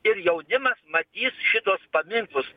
ir jaunimas matys šituos paminklus